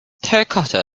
terracotta